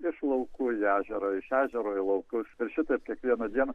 iš laukų į ežerą iš ežero į laukus ir šitaip kiekvieną dieną